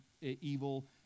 evil